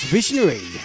Visionary